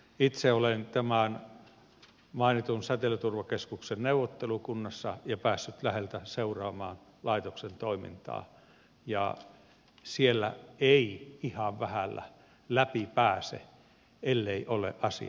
itse olen tämän mainitun säteilyturvakeskuksen neuvottelukunnassa ja päässyt läheltä seuraamaan laitoksen toimintaa ja siellä ei ihan vähällä läpi pääse elleivät ole asiat kunnossa